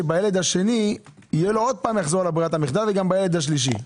שבילד השני שוב יחזור לברירת המחדל וגם בילד השלישי.